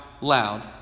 loud